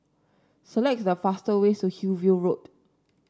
select the fastest way to Hillview Road